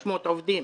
500 עובדים,